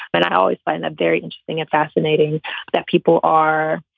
but i always find that very interesting, and fascinating that people are,